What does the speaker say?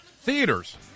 Theaters